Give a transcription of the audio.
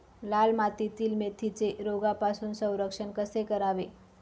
लाल मातीतील मेथीचे रोगापासून संरक्षण कसे करावे?